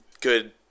good